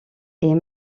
est